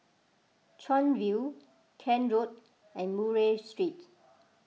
Chuan View Kent Road and Murray Street